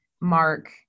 Mark